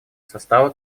состава